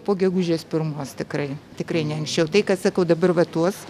po gegužės pirmos tikrai tikrai ne anksčiau tai ką sakau dabar va tuos